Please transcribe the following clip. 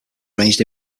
arranged